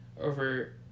over